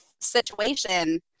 situation